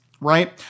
right